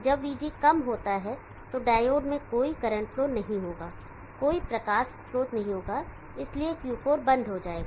जब Vg कम होता है तो डायोड में कोई करंट फ्लो नहीं होगा कोई प्रकाश स्रोत नहीं होगा और इसलिए Q4 बंद हो जाएगा